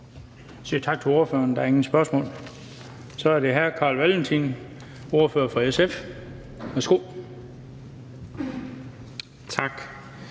tak til ordføreren. Der er ingen spørgsmål. Så er det hr. Carl Valentin som ordfører for SF. Værsgo. Kl.